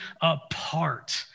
apart